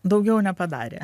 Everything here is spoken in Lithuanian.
daugiau nepadarė